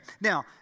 Now